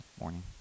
morning